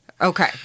Okay